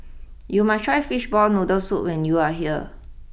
you must try Fishball Noodle Soup when you are here